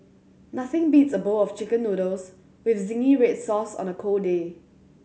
nothing beats a bowl of Chicken Noodles with zingy red sauce on a cold day